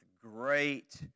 great